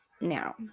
Now